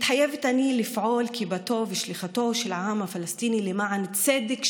מתחייבת אני לפעול כבתו ושליחתו של העם הפלסטיני למען צדק,